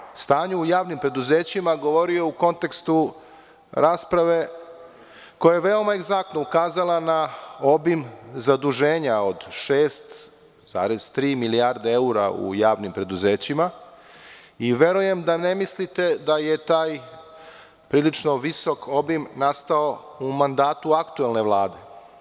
Drugo, o stanju u javnim preduzećima govorio sam u kontekstu rasprave koja je veoma egzaktno ukazala na obim zaduženja od 6,3 milijarde evra u javnim preduzećima i verujem da ne mislite da je taj prilično visok obim nastao u mandatu aktuelne Vlade.